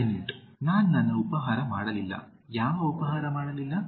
18 ನಾನು ನನ್ನ ಉಪಹಾರ ಮಾಡಲಿಲ್ಲ ಯಾವ ಉಪಹಾರ ಮಾಡಲಿಲ್ಲ